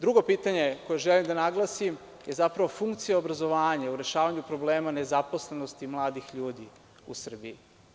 Drugo pitanje, koje želim da naglasim, je zapravo funkcija obrazovanja o rešavanju problema nezaposlenosti mladih ljudi u Srbiji.